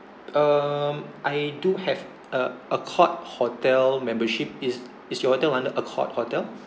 um I do have a accor hotel membership is is your hotel under accor hotel